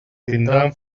tindran